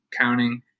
counting